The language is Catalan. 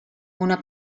una